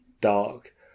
dark